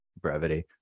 brevity